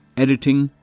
editing,